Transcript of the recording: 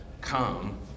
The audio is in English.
come